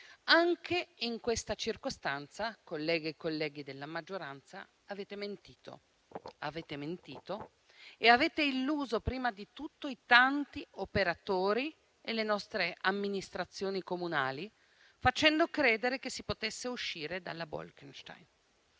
anche in questa circostanza - mi rivolgo ai colleghi della maggioranza - avete mentito e avete illuso prima di tutto i tanti operatori e le nostre amministrazioni comunali, facendo credere che si potesse uscire dalla direttiva